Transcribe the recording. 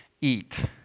eat